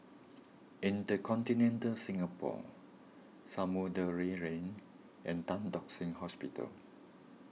Intercontinental Singapore Samudera Lane and Tan Tock Seng Hospital